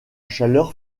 chaleur